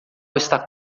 está